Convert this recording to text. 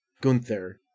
Gunther